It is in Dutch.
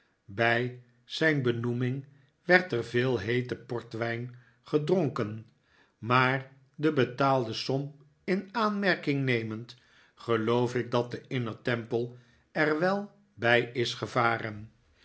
bij zijn benoeming werd er veel heete portwijn gedronken maar de betaalde som in aanmerking nemend geloof ik dat de inner temple er wel bij is gevaren